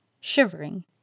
shivering